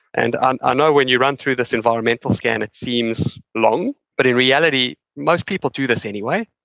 and and ah know when you run through this environmental scan, it seems long, but in reality, most people do this anyway.